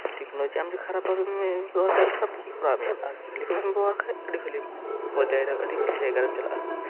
technology ᱟᱢ ᱡᱚᱫᱤ ᱠᱷᱟᱨᱟᱯ ᱵᱷᱟᱵᱮ ᱵᱮᱵᱷᱚᱦᱟᱨ ᱠᱷᱟᱱ ᱠᱷᱟᱨᱟᱯ ᱜᱮ ᱠᱚᱨᱟᱣ ᱢᱮᱭᱟ ᱵᱷᱟᱞᱤ ᱠᱚᱡ ᱵᱚᱱ ᱵᱮᱵᱚᱦᱟᱨ ᱠᱷᱟᱡ ᱟᱹᱰᱤ ᱵᱷᱟᱹᱜᱤ ᱯᱚᱨᱡᱟᱭᱨᱮ ᱟᱰᱤ ᱵᱷᱟᱹᱜᱤ ᱡᱟᱭᱜᱟ ᱨᱮᱢ ᱪᱟᱞᱟᱜᱼᱟ